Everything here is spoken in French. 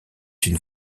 une